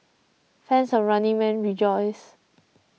fans of Running Man rejoice